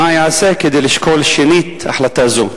3. מה ייעשה כדי לשקול שנית החלטה זו?